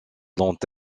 dont